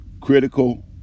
Critical